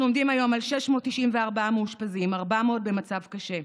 אנחנו עומדים היום על 694 מאושפזים, 400 במצב קשה,